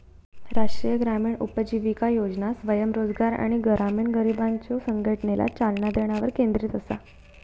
राष्ट्रीय ग्रामीण उपजीविका योजना स्वयंरोजगार आणि ग्रामीण गरिबांच्यो संघटनेला चालना देण्यावर केंद्रित असा